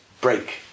break